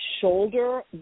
shoulder